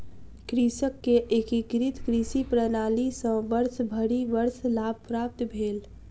कृषक के एकीकृत कृषि प्रणाली सॅ वर्षभरि वर्ष लाभ प्राप्त भेल